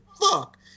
Fuck